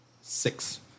Six